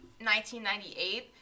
1998